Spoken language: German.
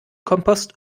kompost